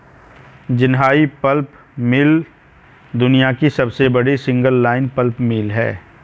Jinhai pulp mill दुनिया की सबसे बड़ी सिंगल लाइन पल्प मिल है